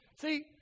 See